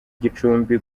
gicumbi